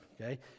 okay